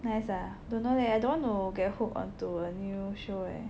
nice ah don't know leh I don't want to get hooked onto a new show eh